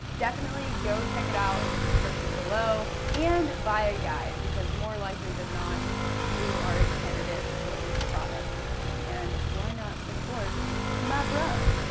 definitely go check it out in the description below and buy a guide because more likely than not you are a candidate for this product and why not support my bro.